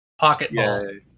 Pocketball